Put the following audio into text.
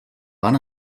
van